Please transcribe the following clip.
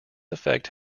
effect